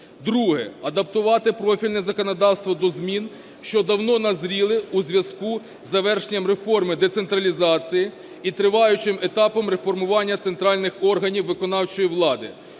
Друге – адаптувати профільне законодавство до змін, що давно назріли у зв'язку із завершенням реформи децентралізації і триваючим етапом реформування центральних органів виконавчої влади,